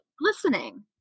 listening